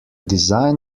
design